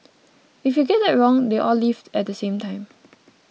if you get that wrong they all leave at the same time